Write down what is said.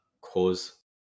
cause